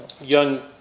young